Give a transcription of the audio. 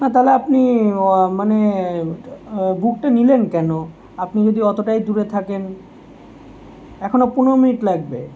না তাহলে আপনি মানে বুকটা নিলেন কেনো আপনি যদি অতটাই দূরে থাকেন এখনো পনেরো মিনিট লাগবে